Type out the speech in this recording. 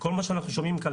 כל מה שאנחנו שומעים כאן,